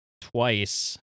twice